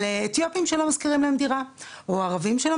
על אתיופים שלא מוכנים להשכיר להם דירה או על ערבים שלא